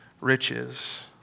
riches